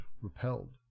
repelled